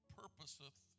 purposeth